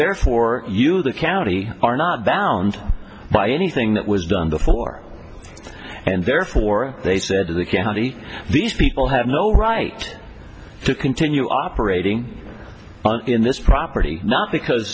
therefore you the county are not bound by anything that was done before and therefore they said to the county these people have no right to continue operating on in this property not because